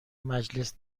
مجلس